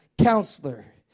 counselor